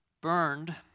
burned